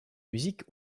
musique